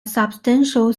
substantial